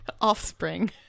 Offspring